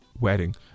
wedding